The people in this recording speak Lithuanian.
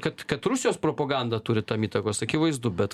kad kad rusijos propaganda turi tam įtakos akivaizdu bet